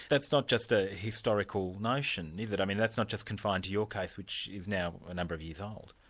that's not just a historical notion is it? i mean that's not just confined to your case, which is now a number of years old.